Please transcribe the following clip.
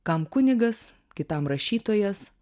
kam kunigas kitam rašytojas